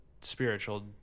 spiritual